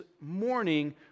morning